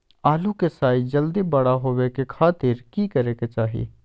आलू के साइज जल्दी बड़ा होबे के खातिर की करे के चाही?